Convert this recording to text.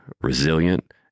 resilient